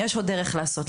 יש עוד דרך לעשות,